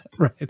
Right